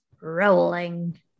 rolling